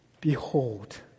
behold